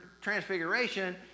Transfiguration